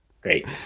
Great